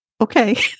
okay